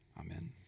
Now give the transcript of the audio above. Amen